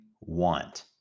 want